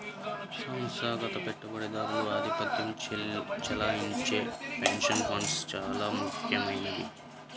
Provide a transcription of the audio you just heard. సంస్థాగత పెట్టుబడిదారులు ఆధిపత్యం చెలాయించే పెన్షన్ ఫండ్స్ చాలా ముఖ్యమైనవి